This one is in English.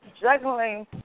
Juggling